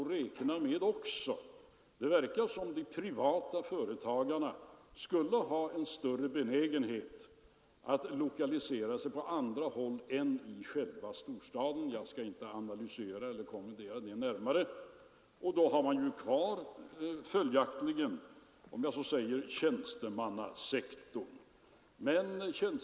Nu har vi fattat beslut om regionalpolitik, lokaliseringspolitik och utlokalisering av statliga verk.